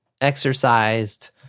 exercised